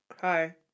Hi